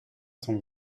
sont